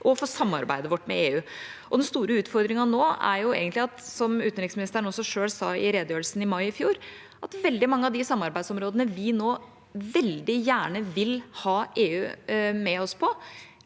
og samarbeidet vårt med EU. Den store utfordringen nå er, som utenriksministeren selv sa i redegjørelsen i mai i fjor, at veldig mange av de samarbeidsområdene vi nå veldig gjerne vil ha EU med oss på,